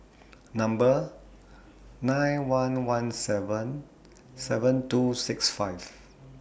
Number nine one one seven seven two six five